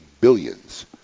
billions